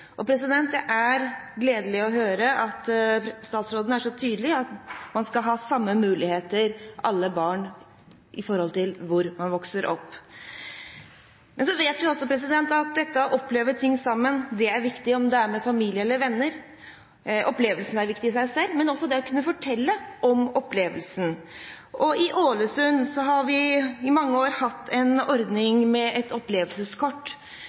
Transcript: Det er gledelig å høre at statsråden er så tydelig på at alle barn skal ha samme muligheter, samme hvor man vokser opp. Så vet vi også at det å oppleve noe sammen er viktig, om det er med familie eller venner. Opplevelsen er viktig i seg selv, men også det å kunne fortelle om opplevelsen. I Ålesund har man i mange år hatt en ordning med et opplevelseskort.